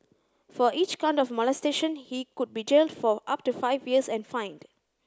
for each count of molestation he could be jailed for up to five years and fined